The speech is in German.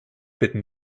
bitten